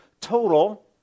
total